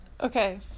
Okay